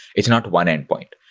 it's not one endpoint.